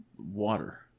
water